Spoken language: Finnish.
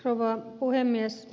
rouva puhemies